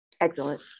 Excellent